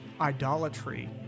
Idolatry